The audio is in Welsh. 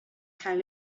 cael